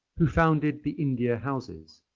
who founded the indian houses.